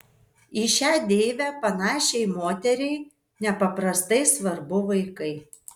į šią deivę panašiai moteriai nepaprastai svarbu vaikai